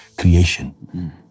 creation